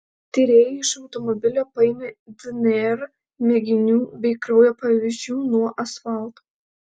tyrėjai iš automobilio paėmė dnr mėginių bei kraujo pavyzdžių nuo asfalto